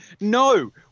No